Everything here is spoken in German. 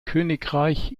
königreich